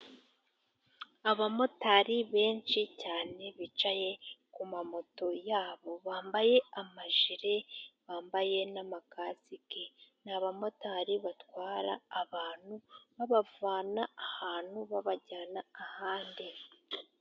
Abamotari benshi cyane bicaye ku ma moto yabo bambaye amajire, bambaye n'amakasike. Ni abamotari batwara abantu babavana ahantu babajyana ahandi.